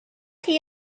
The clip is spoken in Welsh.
chi